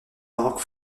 baroque